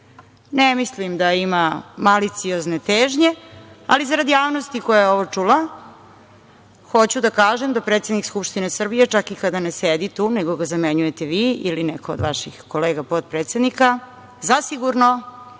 Ne mislim da ima maliciozne težnje, ali zarad javnosti koja je ovo čula, hoću da kažem da predsednik Skupštine Srbije, čak i kada ne sedi tu, nego ga zamenjujete vi ili neko od vaših kolega potpredsednika, zasigurno